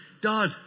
Dad